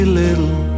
little